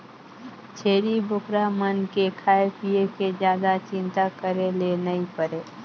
छेरी बोकरा मन के खाए पिए के जादा चिंता करे ले नइ परे